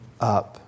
up